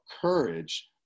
courage